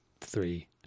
three